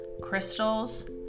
crystals